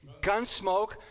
Gunsmoke